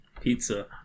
Pizza